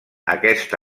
aquest